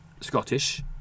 Scottish